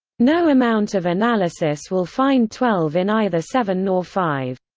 no amount of analysis will find twelve in either seven nor five.